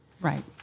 Right